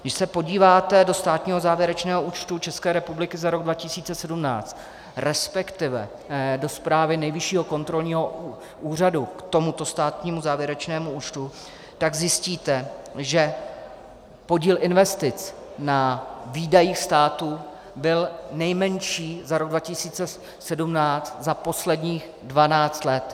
Když se podíváte do státního závěrečného účtu České republiky za rok 2017, respektive do zprávy Nejvyššího kontrolního úřadu k tomuto státnímu závěrečnému účtu, tak zjistíte, že podíl investic na výdajích státu byl nejmenší za rok 2017 za posledních 12 let.